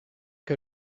que